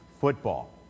Football